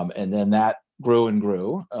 um and then that grew and grew.